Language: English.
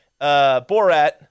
Borat